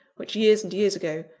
which, years and years ago,